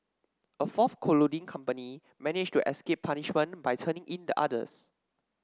a fourth colluding company managed to escape punishment by turning in the others